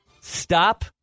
stop